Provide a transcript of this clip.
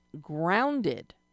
Grounded